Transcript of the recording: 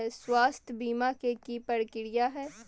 स्वास्थ बीमा के की प्रक्रिया है?